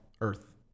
Earth